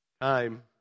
Time